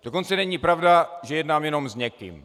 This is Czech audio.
Dokonce není pravda, že jednám jenom s někým.